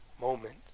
moment